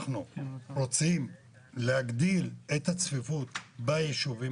אנחנו רוצים להגדיל את הצפיפות ביישובים